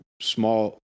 small